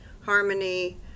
Harmony